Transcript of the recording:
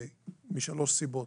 משלוש סיבות.